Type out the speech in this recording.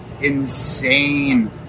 insane